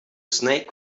snake